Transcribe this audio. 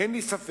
אין לי ספק